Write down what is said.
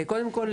קודם כל,